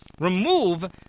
remove